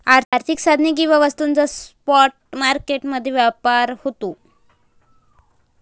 आर्थिक साधने किंवा वस्तूंचा स्पॉट मार्केट मध्ये व्यापार होतो